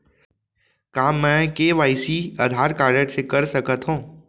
का मैं KYC Aadhaar card से कर सकत हो?